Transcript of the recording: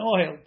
oil